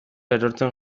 erortzen